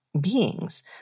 beings